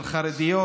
של חרדיות,